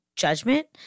judgment